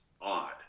odd